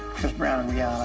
chris brown and